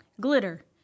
Glitter